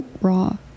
raw